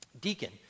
Deacon